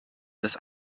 das